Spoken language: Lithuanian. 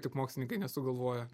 tik mokslininkai nesugalvoja